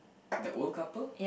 the old couple